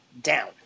down